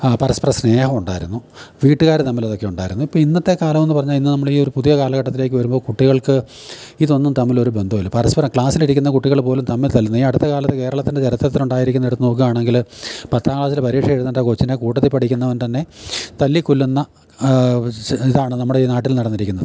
പരസ്പര സ്നേഹം ഉണ്ടായിരുന്നു വീട്ടുകാർ തമ്മിൽ ഇതൊക്കെ ഉണ്ടായിരുന്നു ഇപ്പം ഇന്നത്തെ കാലമെന്ന് പറഞ്ഞാൽ ഇന്ന് നമ്മൾ ഈ ഒരു പുതിയ കാലഘട്ടത്തിലേക്ക് വരുമ്പോൾ കുട്ടികൾക്ക് ഇതൊന്നും തമ്മിലൊരു ബന്ധവും ഇല്ല പരസ്പരം ക്ലാസിലിരിക്കുന്ന കുട്ടികൾ പോലും തമ്മിൽ തല്ലുന്നു ഈ അടുത്ത കാലത്ത് കേരളത്തിൻ്റെ ചരിത്രത്തിലുണ്ടായിരിക്കുന്ന എടുത്ത് നോക്കുകയാണെങ്കിൽ പത്താം ക്ലാസിൽ പരീക്ഷ എഴുതേണ്ട കൊച്ചിനെ കൂട്ടത്തിൽ പഠിക്കുന്നവൻ തന്നെ തല്ലി കൊല്ലുന്ന ഇതാണ് നമ്മുടെ ഈ നാട്ടിൽ നടന്നിരിക്കുന്നത്